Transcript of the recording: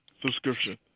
subscription